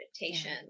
meditation